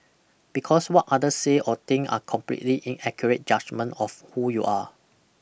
because what others say or think are completely inaccurate judgement of who you are